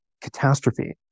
catastrophe